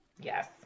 Yes